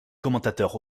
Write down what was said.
commentateur